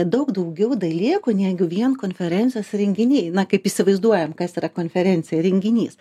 daug daugiau dalykų negu vien konferencijos renginiai na kaip įsivaizduojam kas yra konferencija renginys